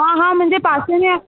हा हा मुंहिंजे पासे में आहे